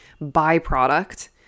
byproduct